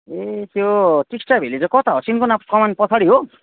ए त्यो टिस्टा भेल्ली चाहिँ कता हो सिन्कोना कमान पछाडि हो